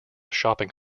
shopping